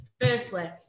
Firstly